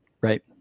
right